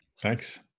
Thanks